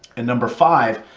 and number five,